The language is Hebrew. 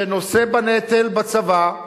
שנושא בנטל בצבא,